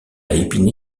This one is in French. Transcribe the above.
épinay